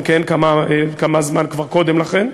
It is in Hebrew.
גם כן זמן-מה כבר קודם לכן.